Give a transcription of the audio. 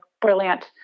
brilliant